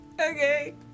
Okay